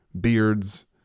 beards